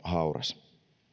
hauras